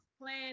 plan